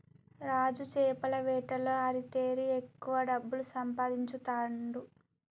రాజు చేపల వేటలో ఆరితేరి ఎక్కువ డబ్బులు సంపాదించుతాండు